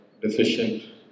deficient